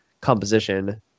composition